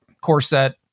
Corset